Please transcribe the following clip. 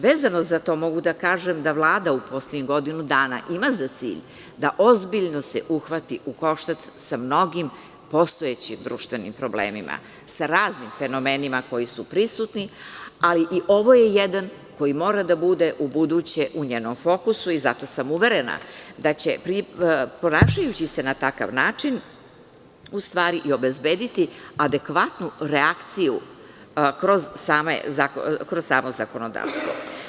Vezano za to mogu da kažem da Vlada u poslednjih godinu dana ima za cilj da ozbiljno se uhvati u koštac sa mnogim postojećim društvenim problemima, sa raznim fenomenima koji su prisutni, ali i ovo je jedan koji mora da bude ubuduće u njenom fokusu i zato sam uverena da će, ponašajući se na takav način, obezbediti adekvatnu reakciju kroz samo zakonodavstvo.